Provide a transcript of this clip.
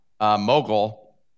mogul